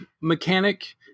mechanic